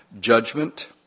judgment